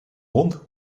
hond